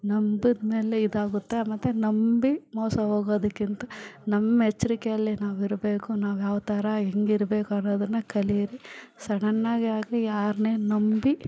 ನಂಬಿದ ಮೇಲೆ ಇದಾಗುತ್ತೆ ಮತ್ತು ನಂಬಿ ಮೋಸ ಹೋಗೋದಕ್ಕಿಂತ ನಮ್ಮ ಎಚ್ಚರಿಕೆಯಲ್ಲೇ ನಾವಿರಬೇಕು ನಾವು ಯಾವ್ತರ ಹೆಂಗಿರಬೇಕು ಅನ್ನೋದನ್ನು ಕಲಿಯಿರಿ ಸಡನ್ನಾಗಿ ಆಗಲಿ ಯಾರನ್ನೆ ನಂಬಿ